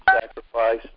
sacrifice